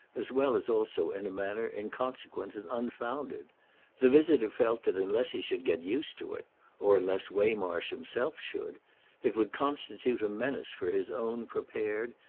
as well as also in a manner inconsequent and unfounded the visitor felt that unless he should get used to it or unless waymarsh himself should it would constitute a menace for his own prepared,